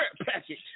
package